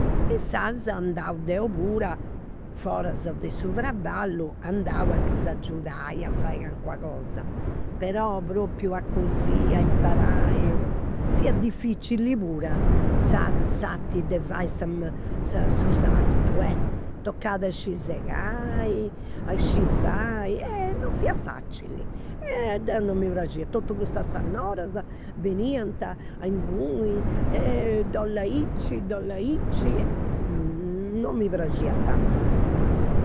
Insaras andau deu pura, foras de su traballu, andau a ddus agiudai a fai calincuna cosa. Però propriu a cosiri, a imparai, fiat dificili pura s'arti de fai sa su sartu, eh, tocat a sciri segai, a sciri fai. non fia facili. Eh deu non mi praxiat, totus custas sennoras beniant inguni, e dd'ollu aici dd'ollu aici, non mi praxiat tanti a mei, no